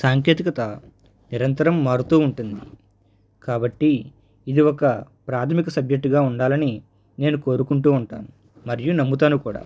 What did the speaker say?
సాంకేతికత నిరంతరం మారుతూ ఉంటుంది కాబట్టి ఇది ఒక ప్రాథమిక సబ్జెక్టుగా ఉండాలని నేను కోరుకుంటూ ఉంటాను మరియు నమ్ముతాను కూడా